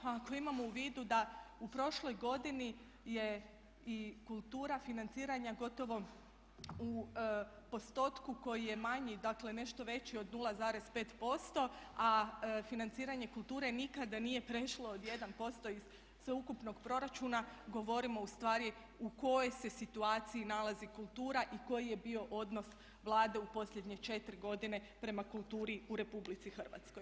A ako imamo u vidu da u prošloj godini je i kultura financiranja gotovo u postotku koji je manji, dakle nešto veći od 0,5% a financiranje kulture nikada nije prešlo od 1% iz sveukupnog proračuna govorimo ustvari u kojoj se situaciji nalazi kultura i koji je bio odnos Vlade u posljednje 4 godine prema kulturi u Republici Hrvatskoj.